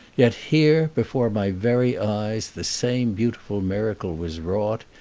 yet here, before my very eyes, the same beautiful miracle was wrought.